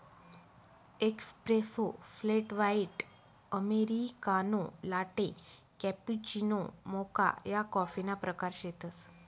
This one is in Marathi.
espresso, flat white, americano, latte, cappuccino, mocha या कॉफीना प्रकार शेतसं